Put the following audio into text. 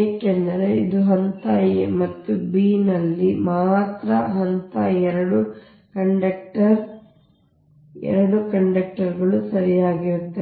ಏಕೆಂದರೆ ಇದು ಹಂತ a ಮತ್ತು b ನಲ್ಲಿ ಮಾತ್ರ ಹಂತ ಎರಡು ಕಂಡಕ್ಟರ್ ಹಂತ b ಎರಡು ಕಂಡಕ್ಟರ್ಗಳು ಸರಿಯಾಗಿರುತ್ತದೆ